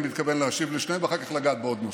אני מתכוון להשיב על שניהם ואחר כך לגעת בעוד נושאים.